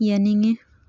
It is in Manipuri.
ꯌꯥꯅꯤꯡꯉꯤ